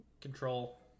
Control